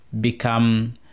become